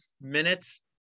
minutes